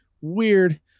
weird